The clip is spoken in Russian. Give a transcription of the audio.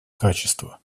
качество